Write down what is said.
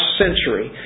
century